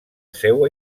seua